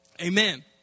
Amen